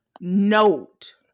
note